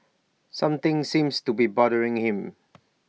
something seems to be bothering him